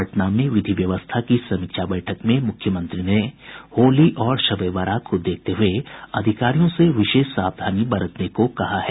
पटना में विधि व्यवस्था की समीक्षा बैठक में मुख्यमंत्री ने होली और शबे बारात को देखते हुए अधिकारियों से विशेष सावधानी बरतने को कहा है